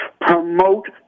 promote